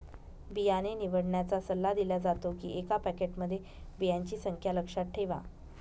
बियाणे निवडण्याचा सल्ला दिला जातो, एका पॅकेटमध्ये बियांची संख्या लक्षात ठेवा